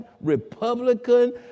Republican